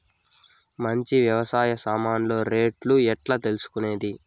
మంచి వ్యవసాయ సామాన్లు రేట్లు ఎట్లా తెలుసుకునేది?